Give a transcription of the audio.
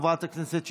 חברת הכנסת שטרית,